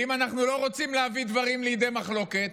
ואם אנחנו לא רוצים להביא דברים לידי מחלוקת,